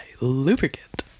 lubricant